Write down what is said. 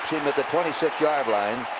him at the twenty six yard line.